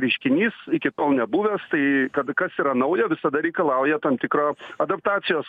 reiškinys iki tol nebuvęs tai kad kas yra nauja visada reikalauja tam tikros adaptacijos